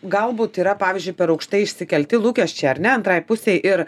galbūt yra pavyzdžiui per aukštai išsikelti lūkesčiai ar ne antrai pusei ir